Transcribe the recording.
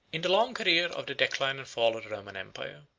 in the long career of the decline and fall of the roman empire,